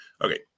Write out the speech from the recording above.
Okay